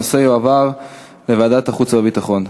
הנושא יועבר לוועדת החוץ והביטחון.